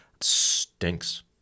stinks